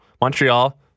Montreal